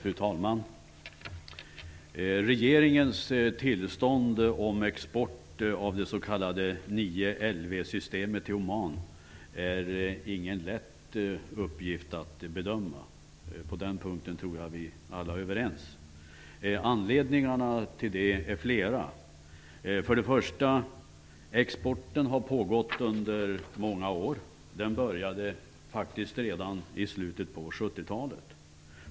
Fru talman! Regeringens tillstånd om export av det s.k. 9 LV-systemet till Oman är ingen lätt uppgift att bedöma. På den punkten tror jag att vi alla är överens. Anledningarna till detta är flera. För det första har exporten pågått under många år. Den inleddes faktiskt redan i slutet av 70-talet.